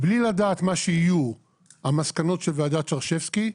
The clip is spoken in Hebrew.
בלי לדעת מה יהיו המסקנות של ועדת שרשבסקי,